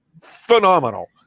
Phenomenal